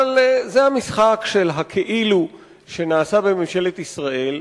אבל זה המשחק של ה"כאילו" שנעשה בממשלת ישראל.